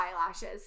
eyelashes